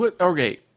Okay